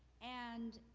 and